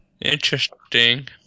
Interesting